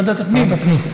בוועדת הפנים?